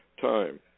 time